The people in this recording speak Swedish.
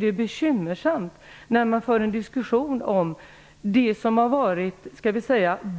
Det är bekymmersamt att man för en diskussion om det som har varit